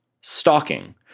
stalking